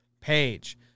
Page